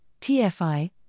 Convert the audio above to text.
TFI